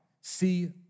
See